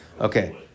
Okay